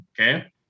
Okay